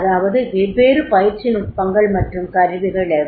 அதாவது வெவ்வேறு பயிற்சி நுட்பங்கள் மற்றும் கருவிகள் எவை